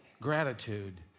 gratitude